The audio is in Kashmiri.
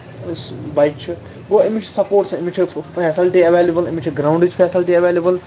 بَچہٕ چھُ گوٚو أمِس چھُ سَپوٹسَس أمِس چھِ فٮ۪سَلٹی اٮ۪وٮ۪لٮ۪بٕل أمِس چھےٚ گراونڈٕچ فٮ۪سَلٹی اٮ۪وٮ۪لٮ۪بٕل